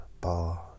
bar